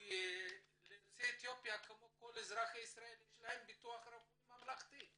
כי ליוצאי אתיופיה כמו כל אזרחי ישראל יש להם ביטוח רפואי ממלכתי,